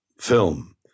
film